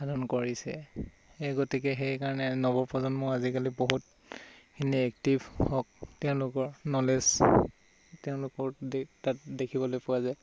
সাধন কৰিছে সেই গতিকে সেইকাৰণে নৱপ্ৰজন্মও আজিকালি বহুতখিনি এক্টিভ হওক তেওঁলোকৰ নলেজ তেওঁলোকৰ দে তাত দেখিবলৈ পোৱা যায়